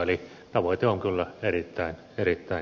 eli tavoite on kyllä erittäin kova